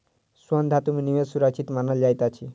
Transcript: स्वर्ण धातु में निवेश सुरक्षित मानल जाइत अछि